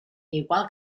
igual